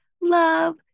love